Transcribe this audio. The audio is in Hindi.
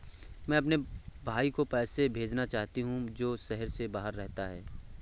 मैं अपने भाई को पैसे भेजना चाहता हूँ जो शहर से बाहर रहता है